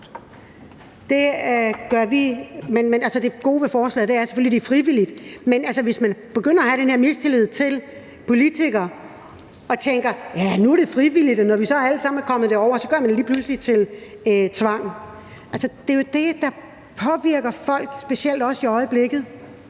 Det gode ved forslaget er selvfølgelig, at det er frivilligt. Men altså, hvis man begynder at have den her mistillid til politikere og tænker, at nu er det frivilligt, og når vi så alle sammen er kommet over på den app, gør man det lige pludselig til tvang, så er det jo det, der påvirker folk – specielt også i øjeblikket